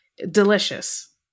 Delicious